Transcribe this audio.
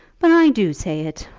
but i do say it.